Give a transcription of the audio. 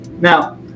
Now